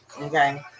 Okay